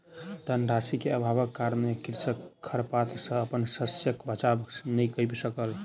धन राशि के अभावक कारणेँ कृषक खरपात सॅ अपन शस्यक बचाव नै कय सकल